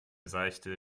seichte